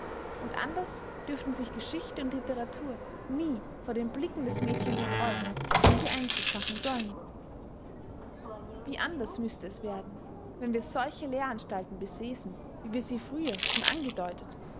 und anders dürften sich geschichte und literatur nie vor den blicken des mädchens entrollen wenn sie eindruck machen sollen wie anders müßte es werden wenn wir solche lehranstalten besäßen wie wir sie früher schon angedeutet